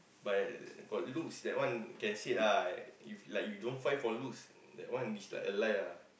but got looks that one can said ah if like you don't find for looks that one is like a lie ah